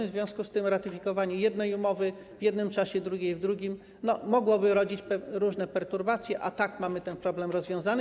W związku z tym ratyfikowanie jednej umowy w jednym czasie, drugiej w innym mogłoby rodzić różne perturbacje, a tak mamy ten problem rozwiązany.